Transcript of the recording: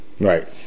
Right